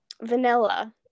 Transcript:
vanilla